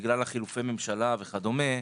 בגלל חילופי הממשלה וכדומה,